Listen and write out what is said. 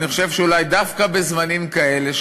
אני חושב שאולי דווקא בזמנים כאלה,